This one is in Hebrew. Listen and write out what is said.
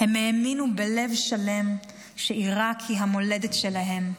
הם האמינו בלב שלם שעיראק היא המולדת שלהם.